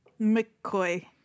McCoy